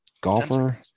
golfer